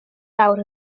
lawr